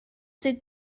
c’est